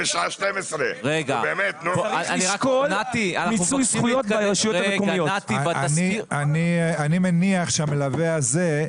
צריך לשקול מיצוי זכויות ברשויות המקומיות אני מניח שהמלווה הזה,